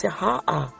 ha